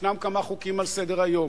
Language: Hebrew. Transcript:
ישנם כמה חוקים על סדר-היום,